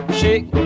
shake